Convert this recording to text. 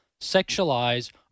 sexualize